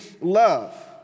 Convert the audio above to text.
love